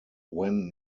when